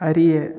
அறிய